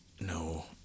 No